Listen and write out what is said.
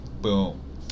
boom